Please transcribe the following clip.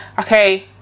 okay